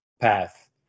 path